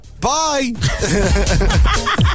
Bye